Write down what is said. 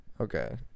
Okay